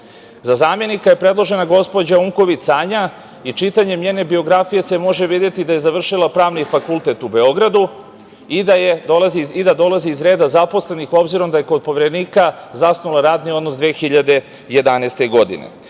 zamenika je predložena gospođa Unković Sanja i čitanjem njene biografije se može videti da je završila Pravni fakultet u Beogradu i da dolazi iz reda zaposlenih, obzirom da je kod Poverenika zasnovala radni odnos 2011. godine.